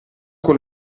con